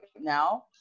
now